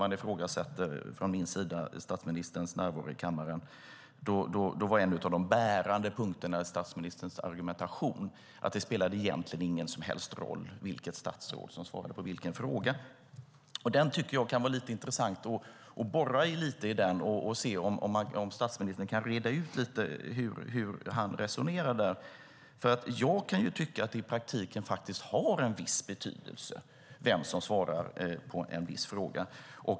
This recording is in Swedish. Jag ifrågasatte från min sida statsministerns närvaro i kammaren. Då var en av de bärande punkterna i statsministerns argumentation att det egentligen inte spelade någon som helst roll vilket statsråd som svarade på frågorna. Jag tycker att det kan vara intressant att borra lite i detta och se om statsministern kan reda ut hur han resonerar, för jag kan tycka att det i praktiken faktiskt har en viss betydelse vem som svarar på en viss fråga.